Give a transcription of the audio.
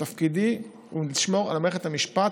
תפקידי הוא לשמור על מערכת המשפט,